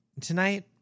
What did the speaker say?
Tonight